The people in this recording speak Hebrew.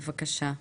בבקשה.